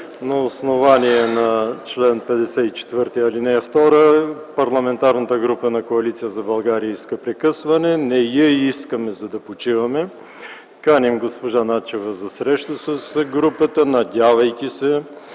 на основание чл. 54, ал. 2 Парламентарната група на Коалиция за България иска прекъсване. Не го искаме, за да почиваме, каним госпожа Начева за среща с групата, надявайки се,